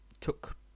took